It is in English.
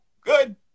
Good